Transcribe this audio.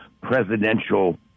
presidential